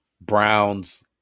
Browns